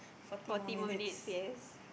forty more minutes yes